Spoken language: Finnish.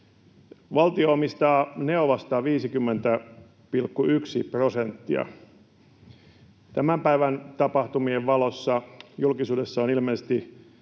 Valtio omistaa Neovasta 50,1 prosenttia. Tämän päivän tapahtumien valossa julkisuudessa on ilmeisesti